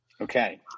Okay